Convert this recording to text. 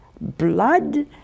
blood